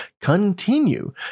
continue